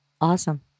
Awesome